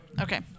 Okay